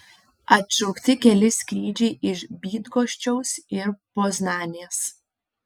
atšaukti keli skrydžiai iš bydgoščiaus ir poznanės